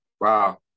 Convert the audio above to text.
Wow